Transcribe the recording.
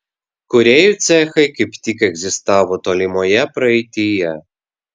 kūrėjų cechai kaip tik egzistavo tolimoje praeityje